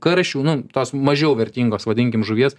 karšių nu tos mažiau vertingos vadinkim žuvies